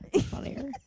funnier